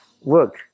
work